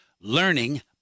learning